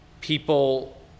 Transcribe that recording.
people